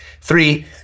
Three